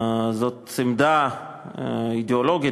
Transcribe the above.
זאת עמדה אידיאולוגית,